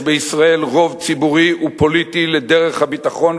יש בישראל רוב ציבורי ופוליטי לדרך הביטחון